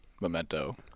Memento